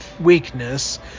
weakness